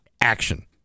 action